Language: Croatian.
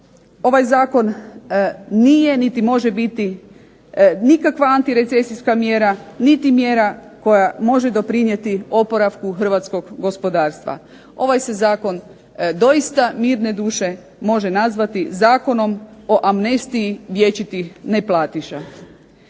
ovaj zakon nije niti može biti nikakva antirecesijska mjera, niti mjera koja može doprinijeti oporavku hrvatskog gospodarstva. Ovaj se zakon doista mirne duše može nazvati zakonom o amnestiji vječitih neplatiša.